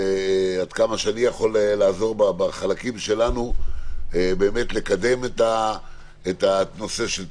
עד כמה שאני יכול לעזור בחלקים שלנו באמת לקדם את הנושא של תקינה,